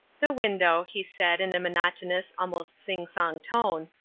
the window, he said in a monotonous, almost sing-song tone,